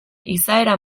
izaera